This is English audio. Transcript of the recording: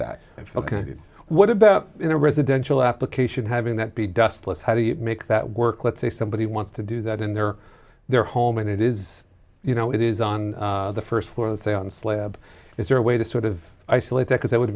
that what about in a residential application having that be dust less how do you make that work let's say somebody wants to do that in their their home and it is you know it is on the first floor they say on the slab is there a way to sort of isolate that cause i would